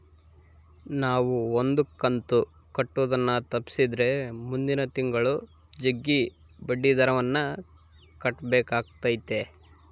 ನಾವು ಒಂದು ಕಂತು ಕಟ್ಟುದನ್ನ ತಪ್ಪಿಸಿದ್ರೆ ಮುಂದಿನ ತಿಂಗಳು ಜಗ್ಗಿ ಬಡ್ಡಿದರವನ್ನ ಕಟ್ಟಬೇಕಾತತೆ